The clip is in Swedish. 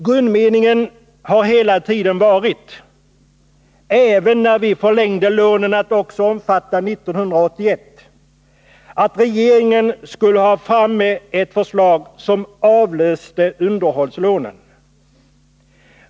Grundmeningen har hela tiden varit, även när vi förlängde lånen att också gälla 1981, att regeringen skulle ha framme ett förslag som avlöste underhållslånen.